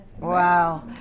Wow